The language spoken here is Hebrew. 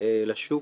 לשוק